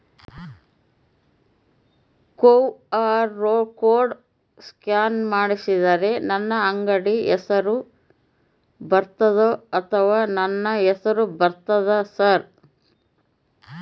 QR code scan ಮಾಡಿದರೆ ನನ್ನ ಅಂಗಡಿ ಹೆಸರು ಬರ್ತದೋ ಅಥವಾ ನನ್ನ ಹೆಸರು ಬರ್ತದ ಸರ್?